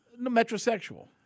Metrosexual